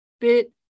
bit